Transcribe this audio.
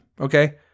okay